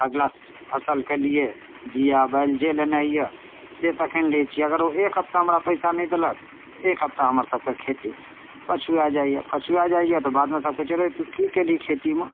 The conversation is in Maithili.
अगला फसिलके लिए दिए बैल जे लेनाइए से तखन लऽ छिए अगर ओ एक हप्ताह हमरा पइसा नहि देलक तऽ एक हप्ताह हमर सभके खेती पछुए जाइए पछुए जाइए तऽ बादमे सब कहै छै रे तू कि केलही खेतीमे